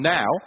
now